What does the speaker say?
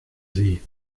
sie